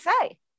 say